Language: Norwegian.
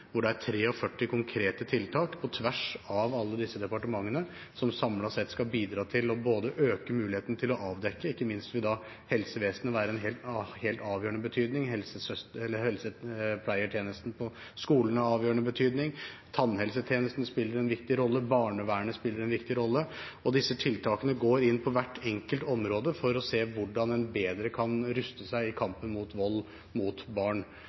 hvor det er 43 konkrete tiltak på tvers av alle de ulike departementene, som samlet sett skal bidra til å øke muligheten til å avdekke. Ikke minst vil helsevesenet da være av helt avgjørende betydning – helsepleiertjenesten på skolene er av avgjørende betydning, tannhelsetjenesten spiller en viktig rolle, barnevernet spiller en viktig rolle. Disse tiltakene går inn på hvert enkelt område for å se på hvordan en bedre kan ruste seg i kampen mot vold mot barn.